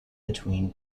between